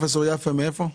פרופ' יפה, מאיפה?